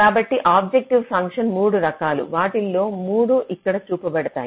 కాబట్టి objective function 3 రకాలు వాటిలో 3 ఇక్కడ చూపించబడ్డాయి